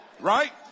Right